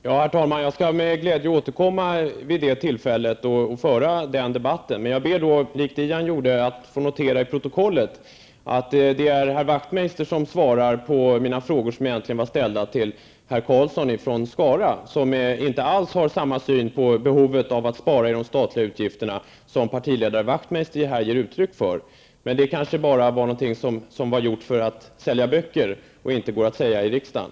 Herr talman! Jag skall med glädje återkomma vid det tillfället och föra den debatten. Liksom herr Wachtmeister gjorde, ber jag att få noterat i protokollet att det är han som svarar på mina frågor, som egentligen var ställda till herr Karlsson från Skara, som inte alls har samma syn på behovet av att spara i de statliga utgifterna som partiledare Wachtmeister här ger uttryck för. Men det kanske bara var någonting som var gjort för att sälja böcker och inte går att säga i riksdagen.